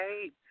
Right